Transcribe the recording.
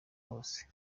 bose